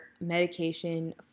medication